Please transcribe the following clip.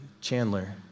Chandler